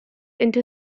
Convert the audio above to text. into